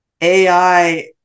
AI